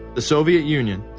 the soviet union,